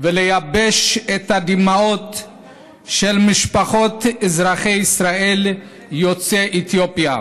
ולייבש את הדמעות של משפחות אזרחי ישראל יוצאי אתיופיה.